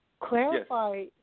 clarify